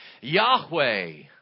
Yahweh